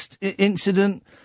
incident